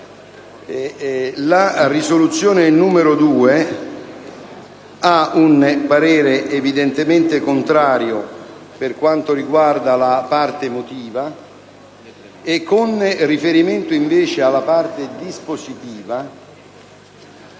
di risoluzione n. 2 (testo 2) ha un parere evidentemente contrario per quanto riguarda la parte motiva e, con riferimento invece alla parte dispositiva,